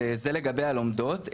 גם בלומדות אין,